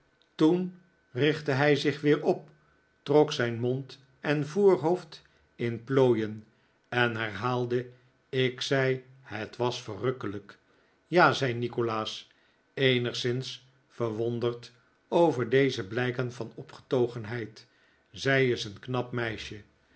toen richtte hij zich weer op trok zijn mond en voorhoofd in plooien en herhaalde ik zeg het was verrukkelijk ja zei nikolaas eenigszins verwonderd over deze blijken van opgetogenheid zij is een knap meisje